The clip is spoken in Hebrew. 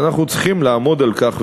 אנחנו רק צריכים לעמוד על כך,